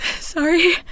Sorry